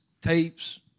tapes